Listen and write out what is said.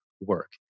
work